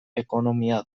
ekonomia